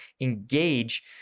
engage